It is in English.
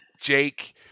Jake